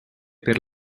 per